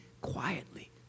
quietly